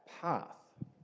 path